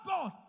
God